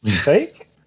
fake